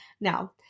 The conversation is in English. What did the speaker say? Now